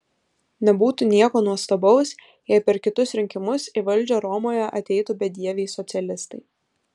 nebūtų nieko nuostabaus jei per kitus rinkimus į valdžią romoje ateitų bedieviai socialistai